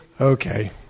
Okay